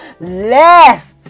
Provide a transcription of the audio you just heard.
Last